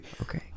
Okay